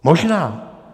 Možná.